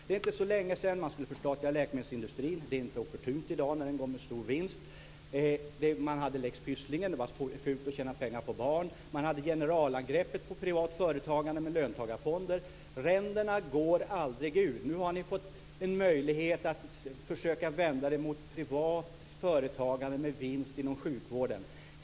Det är inte så länge sedan man skulle förstatliga läkemedelsindustrin men det är inte opportunt i dag när den går med stor vinst. Sedan hade vi lex Pysslingen. Det var fult att tjäna pengar på barn. Vidare hade vi generalangreppet på privat företagande med löntagarfonderna. Ränderna går aldrig ur. Nu har ni fått en möjlighet att försöka vända det mot privat företagande med vinst inom sjukvården.